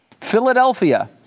Philadelphia